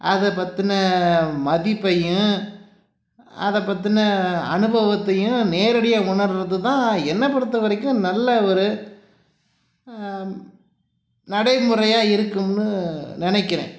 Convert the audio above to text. அதை பற்றின மதிப்பையும் அதை பற்றின அனுபவத்தையும் நேரடியாக உணர்கிறது தான் என்ன பொறுத்தவரைக்கும் நல்ல ஒரு நடைமுறையாக இருக்குன்னு நினைக்கிறேன்